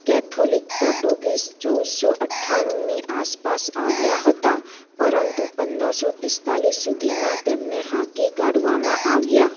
Catholic Portuguese ચૌદસો અઠ્ઠાણુંની આસપાસ આવ્યા હતા પરંતુ પંદરસો પીસ્તાલીસ સુધીમાં તેમને હાંકી કાઢવામાં આવ્યા